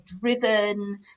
driven